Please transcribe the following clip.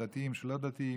דתיים ושלא דתיים.